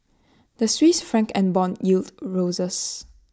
the Swiss Franc and Bond yields roses